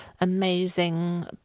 amazing